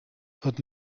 wird